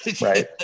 Right